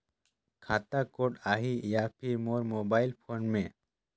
खाता कोड आही या फिर मोर मोबाइल फोन मे?